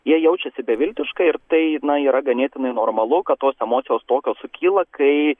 jie jaučiasi beviltiškai ir tai na yra ganėtinai normalu kad tos emocijos tokios sukyla kai